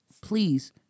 Please